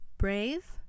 brave